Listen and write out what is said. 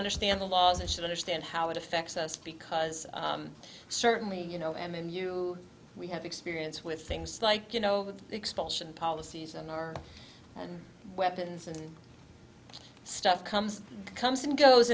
understand the laws and should understand how it affects us because certainly you know and then you we have experience with things like you know expulsion policies and our weapons and stuff comes comes and goes